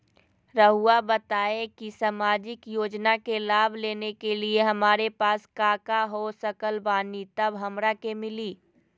रहुआ बताएं कि सामाजिक योजना के लाभ लेने के लिए हमारे पास काका हो सकल बानी तब हमरा के मिली?